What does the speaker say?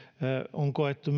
on koettu